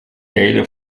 data